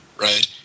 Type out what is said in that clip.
Right